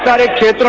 attitude